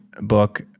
book